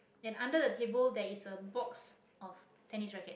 and under the table there is a box of tennis rackets